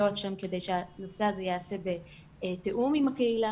שם כדי שהנושא הזה יעשה בתאום עם הקהילה,